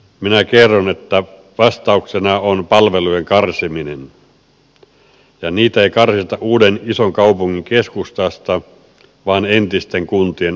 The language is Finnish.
minä kerron että vastauksena on palvelujen karsiminen ja niitä ei karsita uuden ison kaupungin keskustasta vaan entisten kuntien alueelta